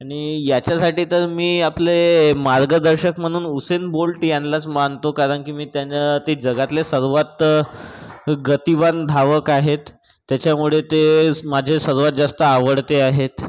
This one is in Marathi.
आणि याच्यासाठी तर मी आपले मार्गदर्शक म्हणून हुसेल बोल्ट यानलाच मानतो कारण की मी त्या ते जगातले सर्वात गतिवान धावक आहेत त्याच्यामुळे तेच माझे सर्वात जास्त आवडते आहेत